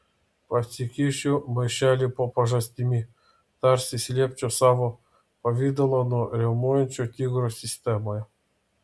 pasikišu maišelį po pažastimi tarsi slėpčiau savo pavidalą nuo riaumojančio tigro sistemoje